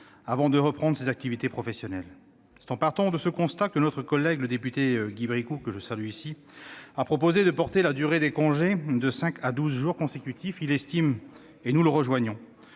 avant de reprendre leurs activités professionnelles. C'est en partant de ce constat que notre collègue député Guy Bricout, que je salue, a proposé de porter la durée de ce congé de cinq à douze jours consécutifs. Il estime, et nous le rejoignons,